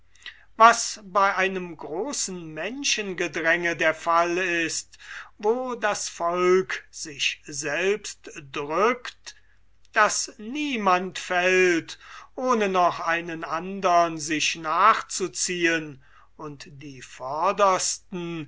was bei einem großen menschengedränge der fall ist wo das volk sich selbst drückt daß niemand fällt ohne noch einen andern sich nachzuziehen und die vordersten